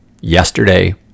yesterday